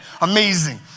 Amazing